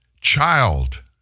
child